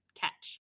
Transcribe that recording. catch